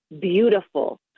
beautiful